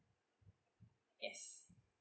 yes